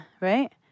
right